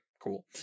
Cool